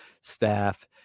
staff